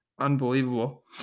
Unbelievable